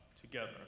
together